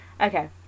okay